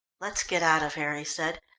let's get out of here, he said.